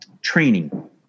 training